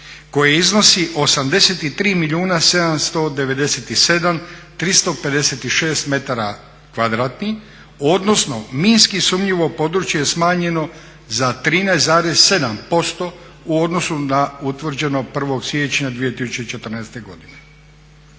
kvadratnih odnosno minski sumnjivo područje je smanjeno za 13,7% u odnosu na utvrđeno 1.siječnja 2014.godine.